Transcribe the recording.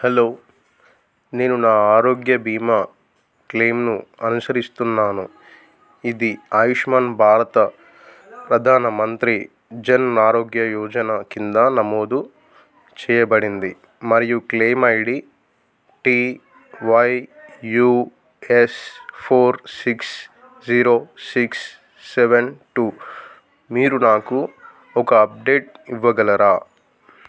hello నేను నా ఆరోగ్య బీమా క్లెయిమ్ను అనుసరిస్తున్నాను ఇది ఆయుష్మాన్ భారత ప్రధాన మంత్రి జన్ ఆరోగ్య యోజనా క్రింద నమోదు చెయ్యబడింది మరియు claim ID TY US four six zero six seven two మీరు నాకు ఒక అప్డేట్ ఇవ్వగలరా